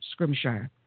Scrimshire